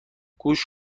گوش